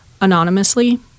anonymously